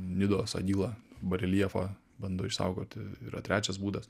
nidos agila bareljefą bando išsaugoti yra trečias būdas